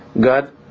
God